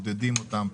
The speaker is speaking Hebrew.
מעודדים אותם,